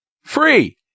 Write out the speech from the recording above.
free